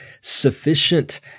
sufficient